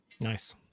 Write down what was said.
Nice